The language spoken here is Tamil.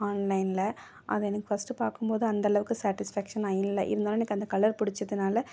ஆன்லைனில் அது எனக்கு ஃபஸ்ட்டு பார்க்கும்போது அந்தளவுக்கு சாட்டிஸ்ஃபாக்ஷனாக இல்லை இருந்தாலும் எனக்கு அந்த கலர் பிடிச்சதுனால